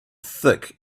thick